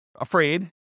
afraid